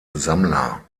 sammler